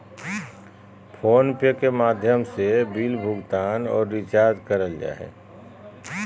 phone पे के माध्यम से बिल भुगतान आर रिचार्ज करल जा हय